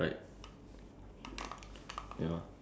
like until when do I stop studying because